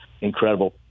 incredible